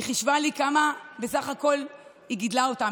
היא חישבה לי כמה בסך הכול היא גידלה אותם,